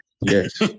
Yes